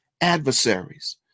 adversaries